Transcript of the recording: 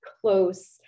close